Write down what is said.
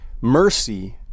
Mercy